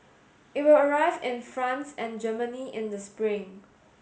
it will arrive in France and Germany in the spring